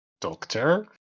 Doctor